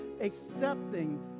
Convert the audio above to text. accepting